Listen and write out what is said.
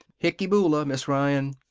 hicky boola, miss ryan!